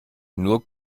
nur